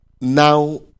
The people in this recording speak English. Now